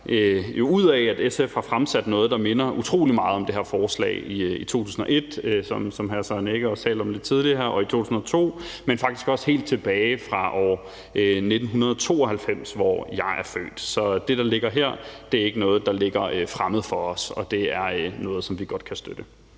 ud af, at SF har fremsat noget, der minder utrolig meget om det her forslag, i 2001, hvilket hr. Søren Egge Rasmussen også talte om lidt tidligere, og i 2002, men faktisk også helt tilbage i 1992, hvor jeg er født. Så det, der ligger her, er ikke noget, der er fremmed for os, og det er noget, som vi godt kan støtte.